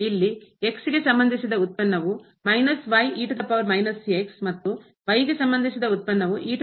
ಇಲ್ಲಿ ಗೆ ಸಂಬಂಧಿಸಿದ ಉತ್ಪನ್ನವು ಮತ್ತು ಗೆ ಸಂಬಂಧಿಸಿದ ಉತ್ಪನ್ನವು ಆಗಿದೆ